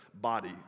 body